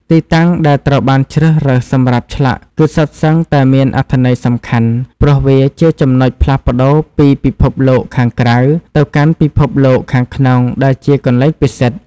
ទីតាំងដែលត្រូវបានជ្រើសរើសសម្រាប់ឆ្លាក់គឺសុទ្ធសឹងតែមានអត្ថន័យសំខាន់ ព្រោះវាជាចំណុចផ្លាស់ប្តូរពីពិភពលោកខាងក្រៅទៅកាន់ពិភពលោកខាងក្នុងដែលជាកន្លែងពិសិដ្ឋ។